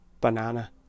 banana